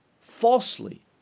falsely